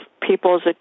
people's